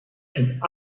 and